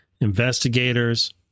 Investigators